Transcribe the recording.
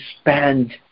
spend